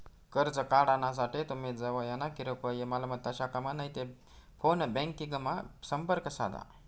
कर्ज काढानासाठे तुमी जवयना किरकोय मालमत्ता शाखामा नैते फोन ब्यांकिंगमा संपर्क साधा